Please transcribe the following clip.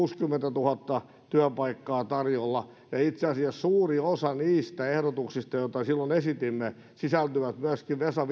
kuusikymmentätuhatta työpaikkaa tarjolla ja itse asiassa suuri osa niistä ehdotuksista joita silloin esitimme sisältyy myöskin vesa